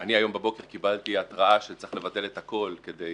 אני היום בבוקר קיבלתי התראה שצריך לבטל את הכול כדי